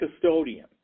custodian